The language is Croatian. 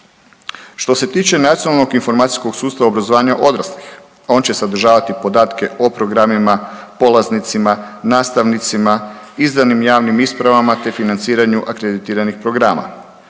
Što se tiče nacionalnog informacijskog sustava obrazovanja odraslih, on će sadržavati podatke o programima, polaznicima, nastavnicima, izdanim javnim ispravama te financiranju akreditiranih programa.